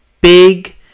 big